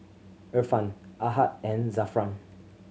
Irfan Ahad and Zafran